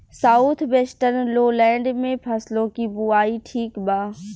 South western lowland में फसलों की बुवाई ठीक बा?